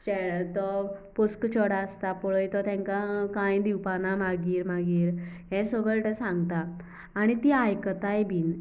चे तो पोसको चेडो आसता पळय तो तामकां कांय दिवपाना मागीर हें सगळें तो सांगता आनी ती आयकताय बी